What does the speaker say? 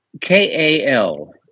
KAL